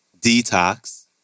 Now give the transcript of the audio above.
Detox